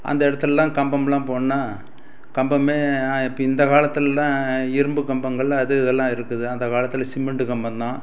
அந்த இடத்துலலாம் கம்பமெலாம் போடணும்னால் கம்பமே இப்போ இந்த காலத்துலெலாம் இரும்பு கம்பங்கள் அது இதலாம் இருக்குது அந்த காலத்தில் சிமெண்டு கம்பம் தான்